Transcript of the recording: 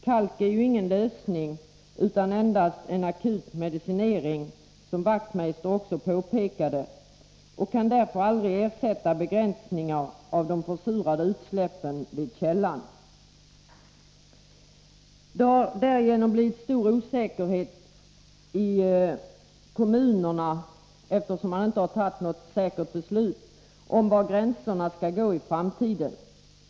Kalk är ingen lösning, utan endast en akut medicinering, som Wachtmeister också påpekade, och kan därför aldrig ersätta begränsningar av de försurande utsläppen vid källan. Eftersom det inte har fattats något säkert beslut om var gränserna skall gå i framtiden, har stor osäkerhet uppstått i kommunerna.